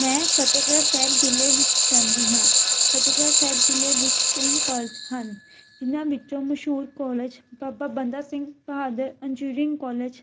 ਮੈਂ ਫਤਿਹਗੜ੍ਹ ਸਾਹਿਬ ਜ਼ਿਲ੍ਹੇ ਵਿੱਚ ਰਹਿੰਦੀ ਹਾਂ ਫਤਿਹਗੜ੍ਹ ਸਾਹਿਬ ਜ਼ਿਲ੍ਹੇ ਵਿੱਚ ਕਈ ਕੋਲਜ ਹਨ ਜਿਨ੍ਹਾਂ ਵਿੱਚੋਂ ਮਸ਼ਹੂਰ college Baba Banda Singh Bahadur engineering college